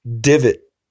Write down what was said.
divot